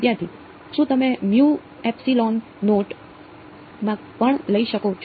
વિદ્યાર્થી શું તમે મ્યુ માં પણ લઈ શકો છો